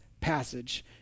passage